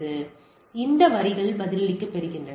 அது அந்த வரிகளில் பதில்களைப் பெறுகிறது